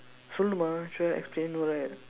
சொல்லனுமா:sollanumaa should I explain no right